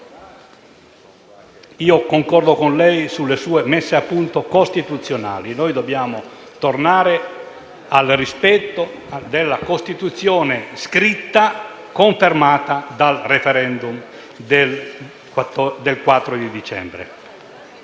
Concordo con lei sulle sue messe a punto costituzionali. Dobbiamo tornare al rispetto della Costituzione scritta confermata dal*referendum* del 4 dicembre.